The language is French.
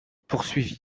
poursuivi